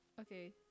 Okay